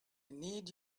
need